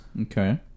Okay